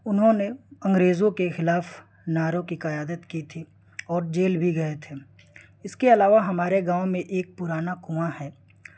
انہوں نے انگریزوں کے خلاف نعروں کی قیادت کی تھی اور جیل بھی گئے تھے اس کے علاوہ ہمارے گاؤں میں ایک پرانا کنواں ہے